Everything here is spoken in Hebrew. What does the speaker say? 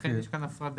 לכן יש כאן הפרדה